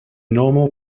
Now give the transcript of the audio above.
normal